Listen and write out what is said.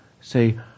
say